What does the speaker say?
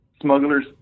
smugglers